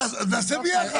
נעשה ביחד.